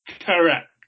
Correct